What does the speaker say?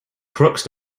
crooks